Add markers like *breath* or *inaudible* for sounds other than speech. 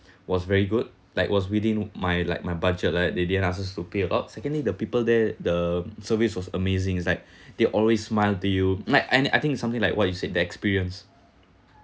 was very good like was within my like my budget like they didn't ask us to pay a bulk secondly the people there the service was amazing it's like *breath* they always smile to you might I I think is something like what you said the experience